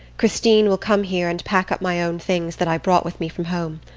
christine will come here and pack up my own things that i brought with me from home.